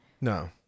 No